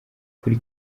kuri